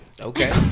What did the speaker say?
Okay